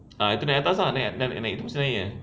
ah itu naik atas ah naik naik nak naik tu mesti naik punya